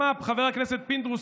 חבר הכנסת פינדרוס,